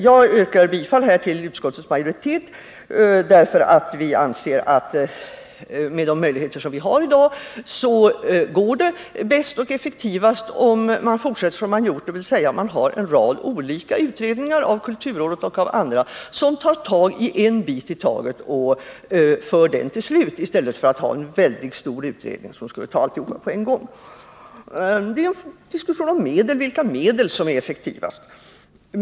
Jag yrkar bifall till utskottsmajoritetens hemställan, därför att vi anser att med de möjligheter man har i dag går det bäst och effektivast om man fortsätter som man har gjort. Det innebär att man har en rad olika utredningar, av kulturrådet och andra, som tar tag i en bit i taget och slutför dem i stället för att man har en väldigt stor utredning som tar allt på en gång. Det är en diskussion om vilka medel som är effektivast.